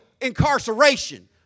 incarceration